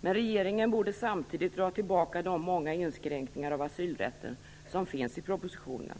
Men regeringen borde samtidigt dra tillbaka de många inskränkningar av asylrätten som finns i propositionen.